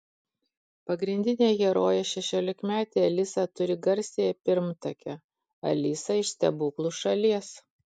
pagrindinė herojė šešiolikmetė alisa turi garsiąją pirmtakę alisą iš stebuklų šalies